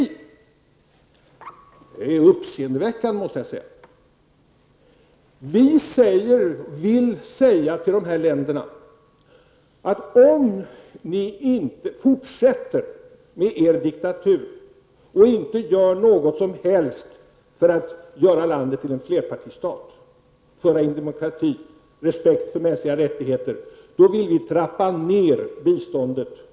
Jag måste säga att det är uppseendeväckande. Vi ställer på dessa länder det villkoret, att om de fortsätter med sin diktatur och inte gör något som helst för att omvandla landet till en flerpartistat och föra in demokrati och respekt för mänskliga rättigheter, då trappar vi ned biståndet.